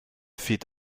feed